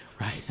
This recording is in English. Right